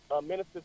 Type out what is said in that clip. minister